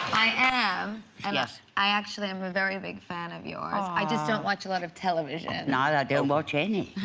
i am and i actually am a very big fan of yours, i just don't watch a lot of television. no, i don't watch amy